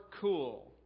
cool